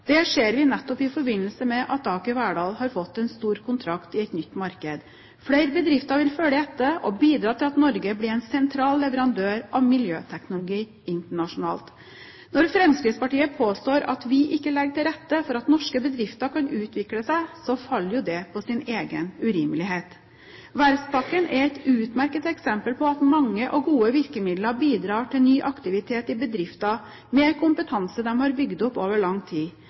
Det ser vi nettopp i forbindelse med at Aker Verdal har fått en stor kontrakt i et nytt marked. Flere bedrifter vil følge etter og bidra til at Norge blir en sentral leverandør av miljøteknologi internasjonalt. Når Fremskrittspartiet påstår at vi ikke legger til rette for at norske bedrifter kan utvikle seg, faller jo det på sin egen urimelighet. Verftspakken er et utmerket eksempel på at mange og gode virkemidler bidrar til ny aktivitet i bedrifter med kompetanse de har bygd opp over lang tid.